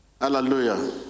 Hallelujah